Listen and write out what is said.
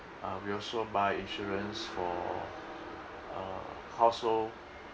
uh we also buy insurance for uh household